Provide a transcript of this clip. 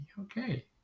Okay